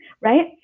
right